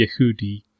Yehudi